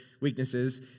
weaknesses